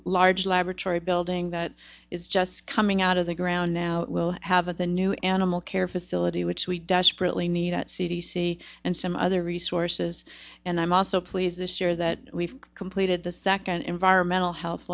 large laboratory building that is just coming out of the ground now we'll have a new animal care facility which we desperately need at c d c and some other resources and i'm also pleased this year that we've completed the second environmental health